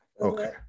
okay